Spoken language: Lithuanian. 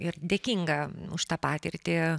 ir dėkinga už tą patirtį